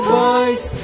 voice